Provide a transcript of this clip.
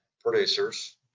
producers